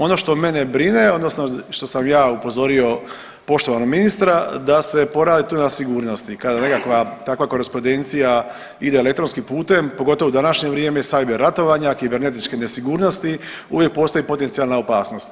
Ono što mene brine odnosno što sam ja upozorio poštovanog ministra da se poradi tu na sigurnosti i kada nekakva takva korespondencija ide elektronskim putem, pogotovo u današnje vrijeme cyber ratovanja, kibernetičke nesigurnosti uvijek postoji potencijalna opasnost.